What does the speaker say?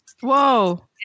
Whoa